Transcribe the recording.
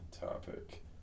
topic